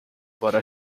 para